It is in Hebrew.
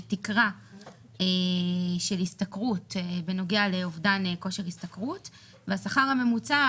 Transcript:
תקרה של השתכרות בנוגע לאובדן כושר השתכרות ונקבע,